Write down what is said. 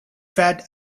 fat